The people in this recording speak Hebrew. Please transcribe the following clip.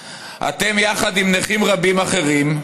אתם, יחד עם נכים רבים אחרים,